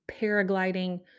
paragliding